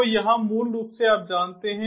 तो यहाँ मूल रूप से आप जानते हैं